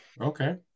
Okay